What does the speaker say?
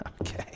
Okay